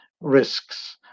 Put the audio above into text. risks